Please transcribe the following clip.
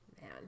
Man